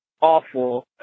Awful